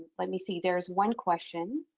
let me see, there's one question.